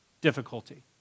difficulty